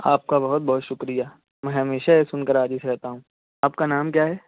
آپ کا بہت بہت شکریہ میں ہمیشہ یہ سن کر عاجز رہتا ہوں آپ کا نام کیا ہے